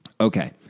Okay